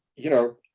you know,